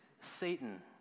Satan